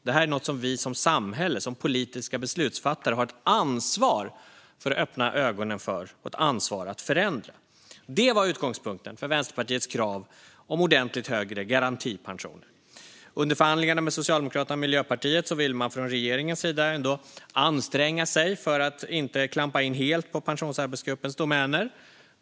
Det här är något som vi som samhälle och som politiska beslutsfattare har ett ansvar att öppna ögonen för och ett ansvar att förändra. Det var utgångspunkten för Västerpartiets krav om ordentligt högre garantipensioner. Under förhandlingarna med Socialdemokraterna och Miljöpartiet ville man från regeringens sida ändå anstränga sig för att inte klampa in helt på Pensionsarbetsgruppens domäner.